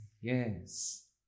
Yes